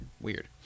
Weird